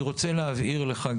אני רוצה להבהיר לך,